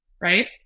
Right